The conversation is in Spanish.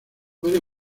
puede